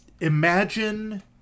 imagine